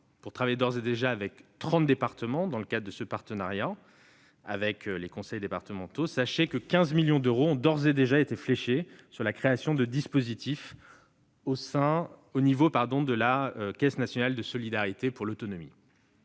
de travailler d'ores et déjà dans trente départements dans le cadre de ce partenariat avec les conseils départementaux, 15 millions d'euros ont d'ores et déjà été fléchés sur la création de dispositifs au niveau de la Caisse nationale de solidarité pour l'autonomie.